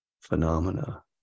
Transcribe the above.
phenomena